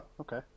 okay